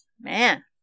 man